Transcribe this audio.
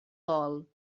vol